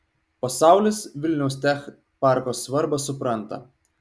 pasaulis vilniaus tech parko svarbą supranta